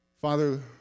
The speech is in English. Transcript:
Father